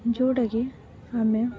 ଯେଉଁଟାକି ଆମେ